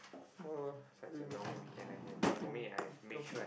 tomorrow ah we meeting meeting Vikram